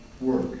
work